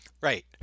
Right